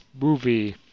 movie